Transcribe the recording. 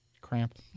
Cramp